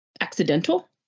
accidental